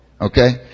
Okay